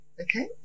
Okay